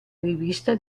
rivista